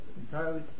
entirely